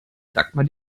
dagmar